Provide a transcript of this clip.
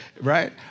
right